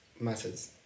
matters